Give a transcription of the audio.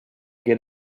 get